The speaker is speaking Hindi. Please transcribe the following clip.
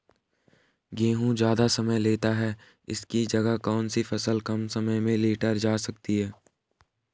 गेहूँ ज़्यादा समय लेता है इसकी जगह कौन सी फसल कम समय में लीटर जा सकती है?